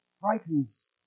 frightens